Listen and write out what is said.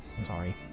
Sorry